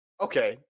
Okay